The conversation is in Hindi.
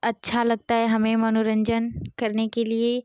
अच्छा लगता है हमें मनोरंजन करने के लिए